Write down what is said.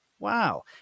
Wow